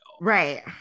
Right